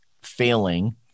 failing